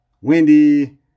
Windy